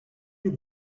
you